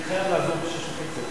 אני חייב לעזוב ב-18:30.